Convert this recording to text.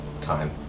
time